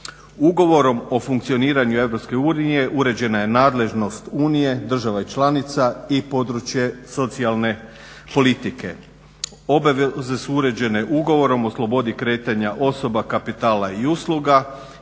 Ugovorom o funkcioniraju EU uređena je nadležnost unije, država članica i područje socijalne politike. Obaveze su uređene ugovorom o slobodi kretanja osoba, kapitala i usluga